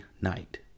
Night